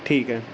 ٹھیک ہے